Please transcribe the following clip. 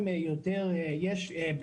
אני רוצה להגיד מילה על הוותמ"ל.